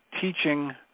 teaching